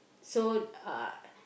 so uh